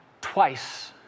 twice